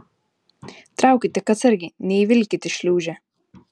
traukit tik atsargiai neįvilkit į šliūžę